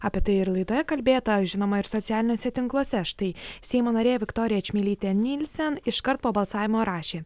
apie tai ir laidoje kalbėta žinoma ir socialiniuose tinkluose štai seimo narė viktorija čmilytė nielsen iškart po balsavimo rašė